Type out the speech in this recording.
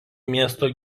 miesto